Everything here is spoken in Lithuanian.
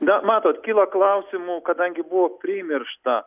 na matot kyla klausimų kadangi buvo primiršta